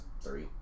three